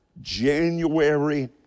January